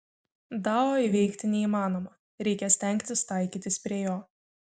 dao įveikti neįmanoma reikia stengtis taikytis prie jo